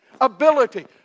Ability